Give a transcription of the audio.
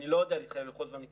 אני לא יודע להתחייב ללוחות זמנים.